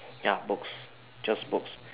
ya books just books